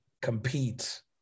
compete